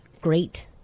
great